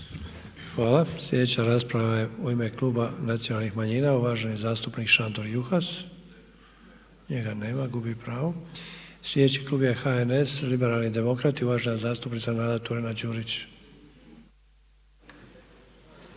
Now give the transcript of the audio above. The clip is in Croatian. Hvala. Sljedeća rasprava je u ime kluba Nacionalnih manjina, uvaženi zastupnik Šandor Juhas. Njega nema, gubi pravo. Sljedeći klub je HNS, Liberalni demokrati, uvažena zastupnica Nada Turina-Đurić.